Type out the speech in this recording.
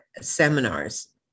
seminars